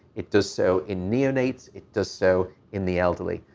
it does so in neonates. it does so in the elderly.